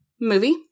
movie